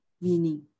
meaning